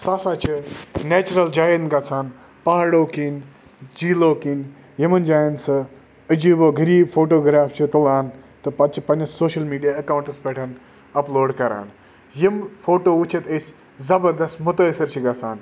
سُہ ہَسا چھِ نیچرَل جایَن گَژھان پہاڑو کِنۍ جیٖلو کِنۍ یِمَن جایَن سُہ عجیٖب و غریٖب فوٹوگرٛیف چھِ تُلان تہٕ پَتہٕ چھِ پَنٛنِس سوشَل میٖڈیا اٮ۪کاوُنٛٹَس پٮ۪ٹھ اَپلوڈ کَران یِم فوٹو وٕچھِتھ أسۍ زَبردست مُتٲثر چھِ گَژھان